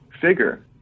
figure